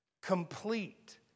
complete